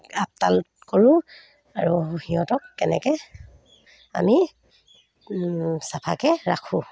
আপডাল কৰোঁ আৰু সিহঁতক কেনেকৈ আমি চাফাকৈ ৰাখোঁ